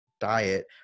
diet